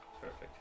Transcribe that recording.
Perfect